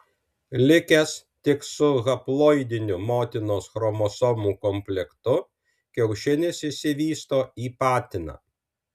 likęs tik su haploidiniu motinos chromosomų komplektu kiaušinis išsivysto į patiną